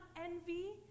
envy